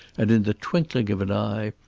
and in the twinkling of an eye,